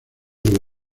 del